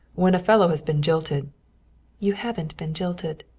when a fellow has been jilted you haven't been jilted.